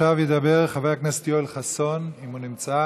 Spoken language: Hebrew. עכשיו ידבר חבר הכנסת יואל חסון, אם הוא נמצא.